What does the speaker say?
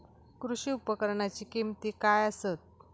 कृषी उपकरणाची किमती काय आसत?